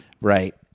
Right